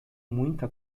muita